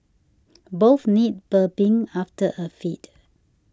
both need burping after a feed